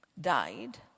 died